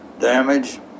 damage